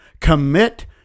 commit